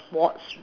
sports